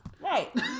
Right